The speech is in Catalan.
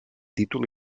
títol